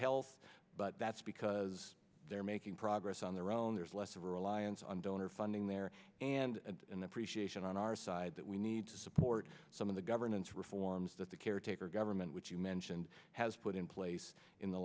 health but that's because they're making progress on their own there's less reliance on donor funding there and in appreciation on our side that we need to support some of the governance reforms that the caretaker government which you mentioned has put in place in the